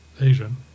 Asian